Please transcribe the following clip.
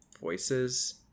voices